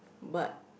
but